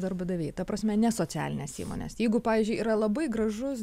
darbdaviai ta prasme ne socialinės įmonės jeigu pavyzdžiui yra labai gražus